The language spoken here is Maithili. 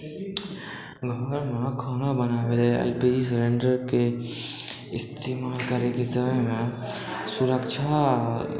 हमरा घरमे खाना बनाबै लेल एल पी जी सेलेन्डरके इस्तेमाल करैके समयमे सुरक्षा आओर